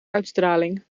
uitstraling